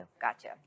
gotcha